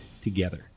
together